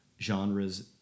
genres